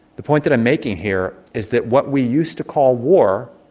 the point that i'm making here is that what we used to call war,